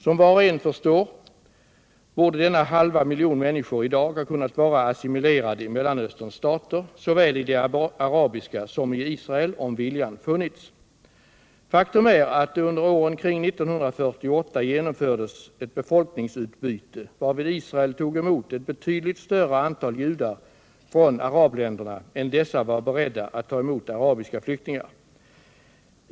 Som var och en förstår borde denna halva miljon människor i dag ha kunnat vara assimilerad i Mellanösterns stater, såväl i de arabiska som i Israel, om viljan funnits. Faktum är att det under åren kring 1948 genomfördes ett befolkningsutbyte varvid Israel tog emot ett betydligt större antal judar från arabländerna än dessa var beredda att ta emot arabiska flyktingar.